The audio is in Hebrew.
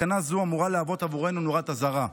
מסקנה זו אמורה להוות עבורנו נורת אזהרה.